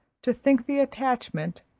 to think the attachment,